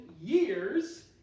years